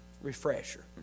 refresher